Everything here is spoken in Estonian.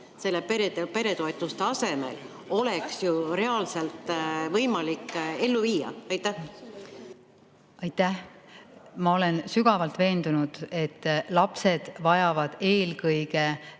kõnealuse peretoetuse asemel oleks reaalselt võimalik ellu viia? Aitäh! Ma olen sügavalt veendunud, et lapsed vajavad riigilt